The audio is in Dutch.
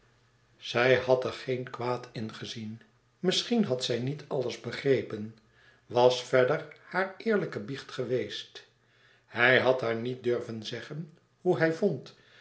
zij had er geen kwaad in gezien misschien had zij niet alles begrepen was verder haar eerlijke biecht geweest hij had haar niet durven zeggen hoe hij vond